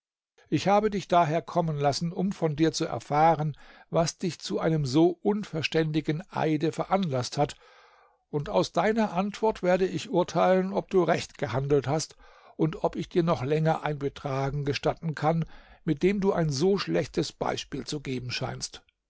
ich habe dich daher kommen lassen um von dir zu erfahren was dich zu einem so unverständigen eide veranlaßt hat und aus deiner antwort werde ich urteilen ob du recht gehandelt hast und ob ich dir noch länger ein betragen gestatten kann mit dem du ein so schlechtes beispiel zu geben scheinst